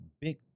big